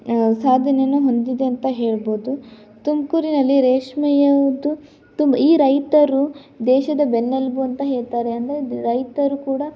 ಸಾಧನೆಯನ್ನು ಹೊಂದಿದೆ ಅಂತ ಹೇಳ್ಬೋದು ತುಮಕೂರಿನಲ್ಲಿ ರೇಷ್ಮೆಯದು ತುಂಬ ಈ ರೈತರು ದೇಶದ ಬೆನ್ನೆಲುಬು ಅಂತ ಹೇಳ್ತಾರೆ ಅಂದರೆ ರೈತರು ಕೂಡ